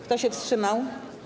Kto się wstrzymał?